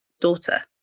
daughter